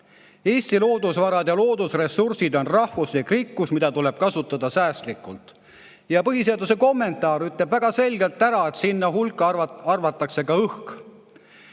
Eesti loodusvarad ja loodusressursid on rahvuslik rikkus, mida tuleb kasutada säästlikult. Ja põhiseaduse kommentaar ütleb väga selgelt, et sinna hulka arvatakse ka õhk.